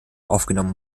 angenommen